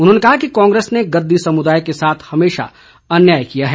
उन्होंने कहा कि कांग्रेस ने गद्दी समुदाय के साथ हमेशा अन्याय किया है